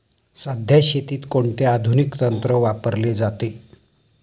सध्या शेतीत कोणते आधुनिक तंत्र वापरले जाते?